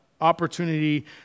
opportunity